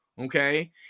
okay